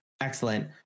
Excellent